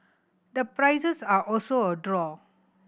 the prices are also a draw